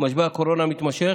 תמיד לחודש,